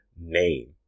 name